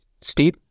Steve